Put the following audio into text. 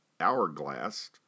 hourglass